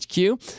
HQ